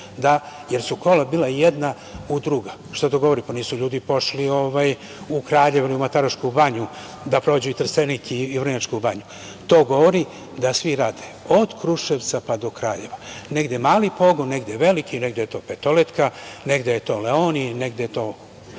jer su kola bila jedna u druga. Šta to govori? Pa nisu ljudi pošli u Kraljevo, u Matarušku banju, da prođu i Trstenik i Vrnjačku banju. To govori da svi rade od Kruševca pa do Kraljeva, negde mali pogon, negde veliki, negde je to Petoletka, negde je to Leoni, negde je onaj